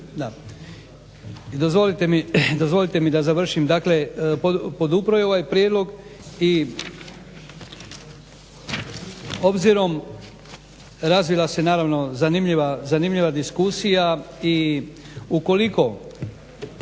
dozvolite mi da završim. Dakle, podupro je ovaj prijedlog i obzirom, razvila se naravno zanimljiva diskusija. I ukoliko